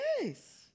yes